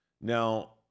Now